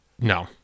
no